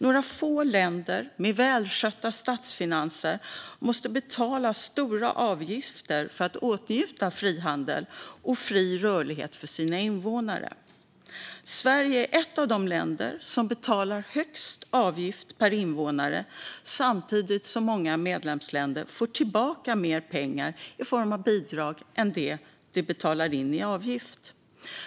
Några få länder med välskötta statsfinanser måste betala stora avgifter för att åtnjuta frihandel och fri rörlighet för sina invånare. Sverige är ett av de länder som betalar högst avgift per invånare samtidigt som många medlemsländer får tillbaka mer pengar i form av bidrag än de betalar i avgift.